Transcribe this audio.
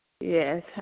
Yes